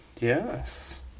Yes